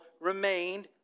remained